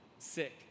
sick